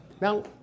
Now